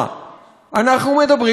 אנחנו מדברים על השגרה.